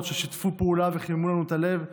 ששיתפו פעולה וחיממו לנו את הלב.